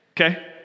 Okay